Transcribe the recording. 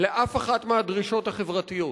לאף אחת מהדרישות החברתיות.